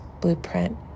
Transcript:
blueprint